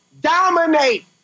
dominate